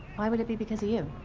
why would it be because of you?